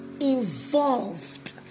involved